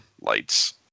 lights